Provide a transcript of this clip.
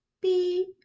beep